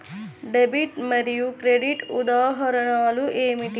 Debit మరియు credit ఉదాహరణలు ఏమిటీ?